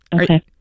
Okay